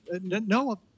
no